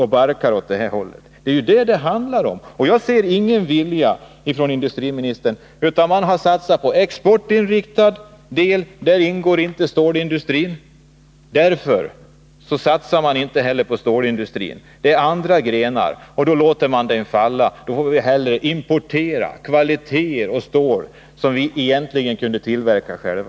Och vi är heller inte beredda att göra någonting åt det. Man har satsat på en exportinriktad del — i den ingår inte stålindustrin. Därför satsar man inte på stålindustrin. Man låter den fara och importerar hellre kvalitetsstål som vi kan tillverka själva.